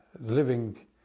living